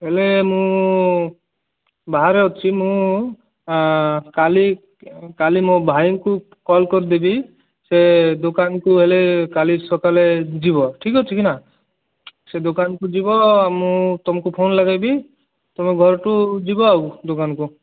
ହେଲେ ମୁଁ ବାହାରେ ଅଛି ମୁଁ କାଲି କାଲି ମୋ ଭାଇଙ୍କୁ କଲ୍ କରିଦେବି ସିଏ ଦୋକାନକୁ ହେଲେ କାଲି ସକାଳେ ଯିବ ଠିକ୍ ଅଛି କି ନା ସେ ଦୋକାନକୁ ଯିବ ମୁଁ ତମକୁ ଫୋନ୍ ଲଗେଇବି ତମେ ଘରଠୁ ଯିବ ଆଉ ଦୋକାନକୁ